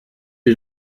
die